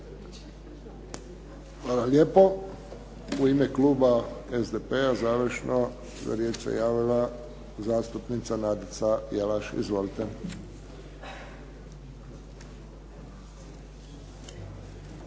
Hvala lijepo. U ime kluba SDP-a, završno, za riječ se javila zastupnica Nadica Jelaš. Izvolite. **Jelaš,